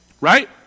Right